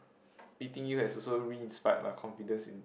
meeting you has also re inspired my confidence in